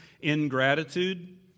ingratitude